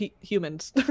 humans